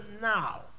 now